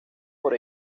por